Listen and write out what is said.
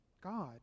God